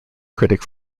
critic